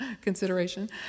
consideration